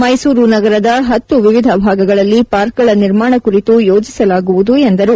ಮೈಸೂರು ನಗರದ ಹತ್ತು ವಿವಿಧ ಭಾಗಗಳಲ್ಲಿ ಪಾರ್ಕ್ಗಳ ನಿರ್ಮಾಣ ಕುರಿತು ಯೋಚಿಸಲಾಗುವುದು ಎಂದರು